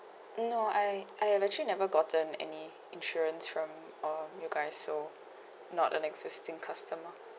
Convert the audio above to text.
no I I've actually never gotten any insurance from uh you guys so not an existing customer